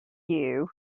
you